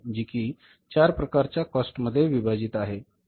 जी कि ४ प्रकारच्या कॉस्ट मध्ये विभाजित आहे